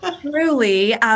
Truly